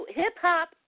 hip-hop